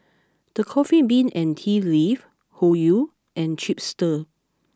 The Coffee Bean and Tea Leaf Hoyu and Chipster